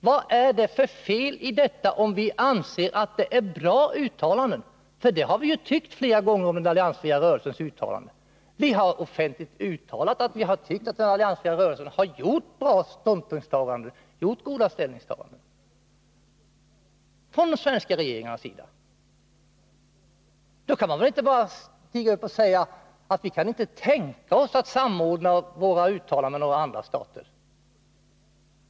Vad är det för fel i det, om det är fråga om bra uttalanden? Det har vi ju tyckt flera gånger om den alliansfria rörelsens uttalanden. Den svenska regeringen har offentligt uttalat att den tyckt att den alliansfria rörelsen gjort bra ställningstaganden. Då kan man väl inte bara säga att vi inte kan tänka oss att samordna våra uttalanden med några andra staters.